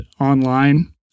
online